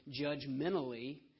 judgmentally